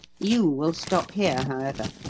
you will stop here, however.